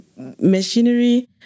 machinery